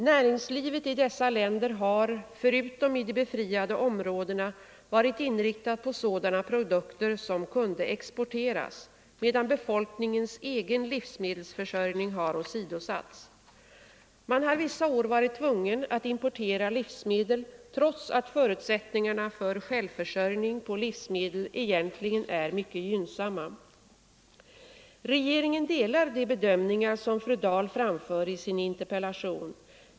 Näringslivet i dessa länder har, förutom i de befriade områdena, varit inriktat på sådana produkter som kunde exporteras, medan befolkningens egen livsmedelsförsörjning har åsidosatts. Man har vissa år varit tvungen att importera livsmedel trots att förutsättningarna för självförsörjning på livsmedel egentligen är mycket gynnsamma. Regeringen delar de bedömningar som fru Dahl framför i sin interpellation.